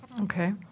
Okay